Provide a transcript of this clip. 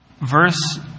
Verse